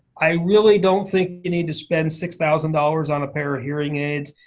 i really don't think you need to spend six thousand dollars on a pair of hearing aids.